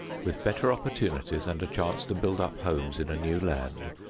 with better opportunities and a chance to build up homes in a new land,